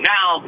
Now